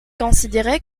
considéré